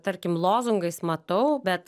tarkim lozungais matau bet